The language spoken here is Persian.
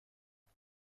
حذف